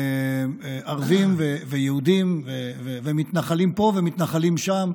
ערבים, יהודים, מתנחלים פה ומתנחלים שם,